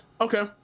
okay